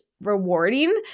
rewarding